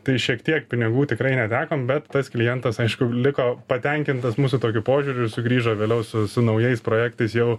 tai šiek tiek pinigų tikrai netekom bet tas klientas aišku liko patenkintas mūsų tokiu požiūriu ir sugrįžo vėliau su su naujais projektais jau